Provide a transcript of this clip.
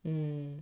mm